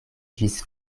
ĝis